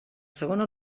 segona